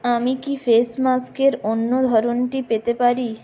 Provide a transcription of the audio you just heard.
আমি কি ফেস মাস্কের অন্য ধরনটি পেতে পারি